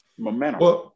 momentum